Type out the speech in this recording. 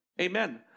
Amen